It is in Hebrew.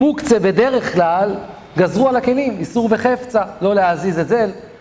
מוקצה בדרך כלל, גזרו על הכלים, איסור בחפצה, לא להזיז את זה